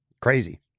Crazy